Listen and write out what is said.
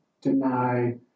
deny